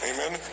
Amen